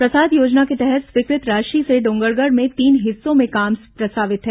प्रसाद योजना के तहत स्वीकृत राशि से डोंगरगढ़ में तीन हिस्सों में काम प्रस्तावित है